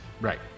right